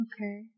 Okay